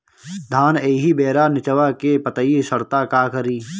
धान एही बेरा निचवा के पतयी सड़ता का करी?